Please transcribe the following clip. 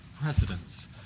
presidents